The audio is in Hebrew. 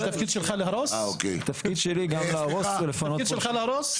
התפקיד שלך להרוס?